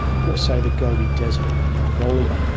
or say the gobi desert in mongolia.